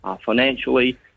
financially